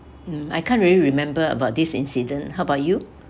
mm I can't really remember about this incident how about you